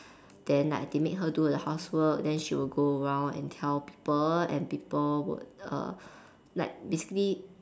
then like they make her do the housework then she will go around and tell people and people would err like basically